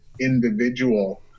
individual